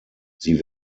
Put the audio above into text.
sie